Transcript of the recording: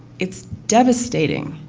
it's devastating.